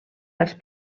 als